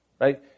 right